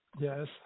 Yes